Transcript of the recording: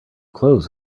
clothes